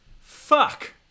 Fuck